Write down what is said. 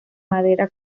madera